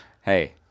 Hey